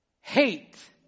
hate